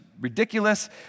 ridiculous